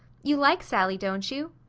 you like sally, don't you?